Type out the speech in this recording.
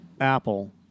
Apple